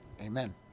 Amen